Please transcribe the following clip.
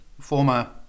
former